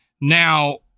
Now